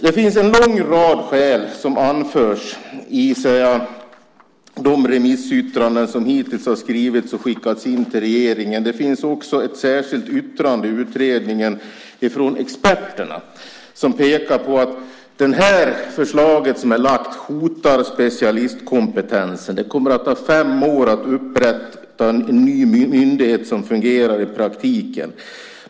Det finns en lång rad skäl som anförs i de remissyttranden som hittills har skrivits och skickats in till regeringen. Det finns också ett särskilt yttrande i utredningen från experterna, som pekar på att det förslag som har lagts fram hotar specialistkompetensen. Det kommer att ta fem år att upprätta en ny myndighet som fungerar i praktiken.